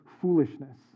foolishness